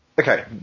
okay